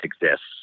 exists